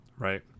Right